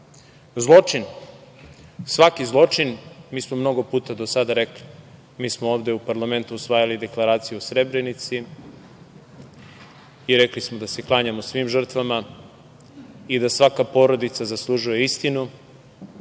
Zločin, svaki zločin, mi smo mnogo puta do sada rekli, mi smo ovde u parlamentu usvajali Deklaraciju o Srebrenici i rekli smo da se klanjamo svim žrtvama i da svaka porodica zaslužuje istinu,